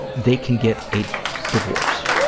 they can get a divorce,